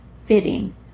Fitting